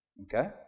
Okay